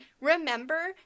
Remember